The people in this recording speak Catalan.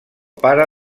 pare